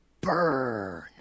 Burn